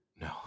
No